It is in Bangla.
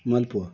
মালপোয়া